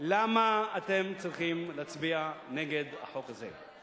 למה אתם צריכים להצביע נגד החוק הזה?